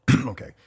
Okay